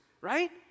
right